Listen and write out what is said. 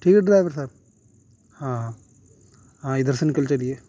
ٹھیک ہے ڈرائیور صاحب ہاں ہاں ہاں ادھر سے نکل چلیے